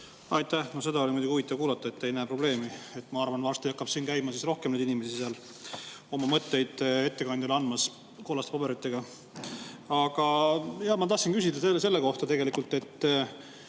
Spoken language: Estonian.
Aitäh! No seda oli muidugi huvitav kuulata, et te ei näe probleemi. Ma arvan, et varsti hakkab käima rohkem inimesi oma mõtteid ettekandjale andmas kollaste paberitega. Aga ma tahtsin küsida selle kohta tegelikult.